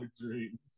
dreams